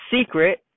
secret